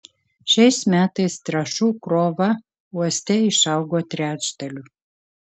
šiais metais trąšų krova uoste išaugo trečdaliu